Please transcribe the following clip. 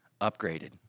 upgraded